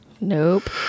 Nope